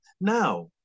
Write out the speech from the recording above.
now